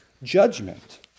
Judgment